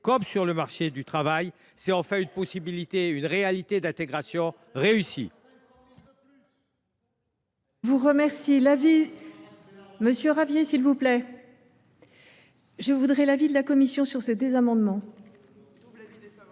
comme au marché du travail. C’est enfin une possibilité, une réalité d’intégration réussie.